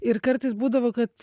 ir kartais būdavo kad